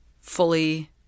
fully